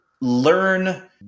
learn